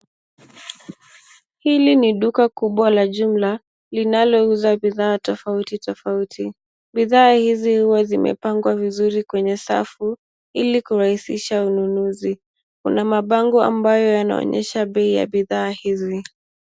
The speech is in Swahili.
Hili ni duka kubwa la jumla, linalouza bidhaa toauti tofauti. Bidhaa hizi huwa zimepangwa vizuri kwenye safu ili kurahisisha ununuzi. Kuna mabango ambayo yanaonyesha bei ya bidhaa hizi.